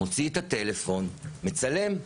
מוציא את הטלפון, מצלם.